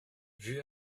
vue